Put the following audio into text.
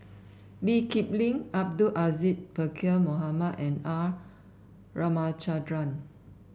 Lee Kip Lin Abdul Aziz Pakkeer Mohamed and R Ramachandran